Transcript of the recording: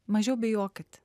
mažiau bijokit